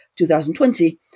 2020